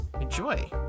enjoy